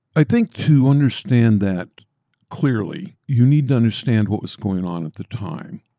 i think to understand that clearly, you need to understand what was going on at the time.